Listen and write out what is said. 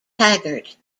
taggart